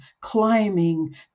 climbing